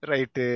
Right